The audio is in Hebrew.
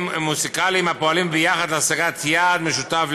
מוזיקליים הפועלים ביחד להשגת יעד משותף,